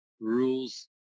rules